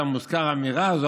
שם מוזכרת האמירה הזאת,